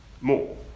more